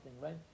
right